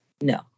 No